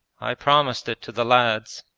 i promised it to the lads,